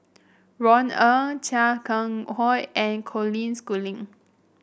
Ron Ong Chia Keng Hock and Colin Schooling